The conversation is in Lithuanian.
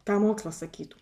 ką mokslas sakytų